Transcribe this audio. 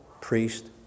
priest